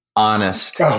Honest